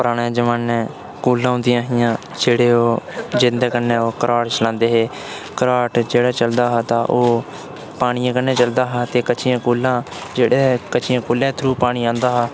पराने जमाने कूलां होंदियां हियां जेह्ड़े ओह् जिन्दे कन्नै ओह् घराट चलान्दे हे घराट जेह्ड़ा चलदा हा तां ओह् पानियै कन्नै चलदा हा ते कच्चियां कूलां जेह्ड़े कच्चियें कूलें थरू पानी आन्दा हा